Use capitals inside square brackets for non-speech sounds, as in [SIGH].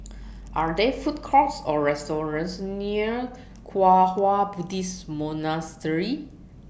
[NOISE] Are There Food Courts Or restaurants near Kwang Hua Buddhist Monastery